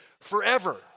forever